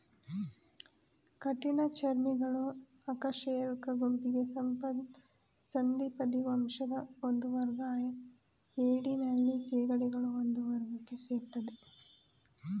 ಕಠಿಣಚರ್ಮಿಗಳು ಅಕಶೇರುಕ ಗುಂಪಿನ ಸಂಧಿಪದಿ ವಂಶದ ಒಂದುವರ್ಗ ಏಡಿ ನಳ್ಳಿ ಸೀಗಡಿಗಳು ಈ ವರ್ಗಕ್ಕೆ ಸೇರ್ತದೆ